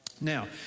Now